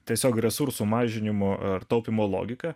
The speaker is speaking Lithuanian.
tiesiog resursų mažinimo ar taupymo logika